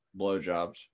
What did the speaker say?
Blowjobs